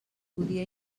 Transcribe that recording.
podia